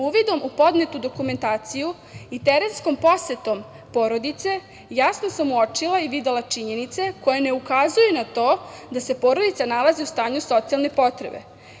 Uvidom u podnetu dokumentaciju i terenskom posetom porodice, jasnom sam uočila i videla činjenice koje ne ukazuju na to da se porodica nalazi u stanju socijalne potrebe.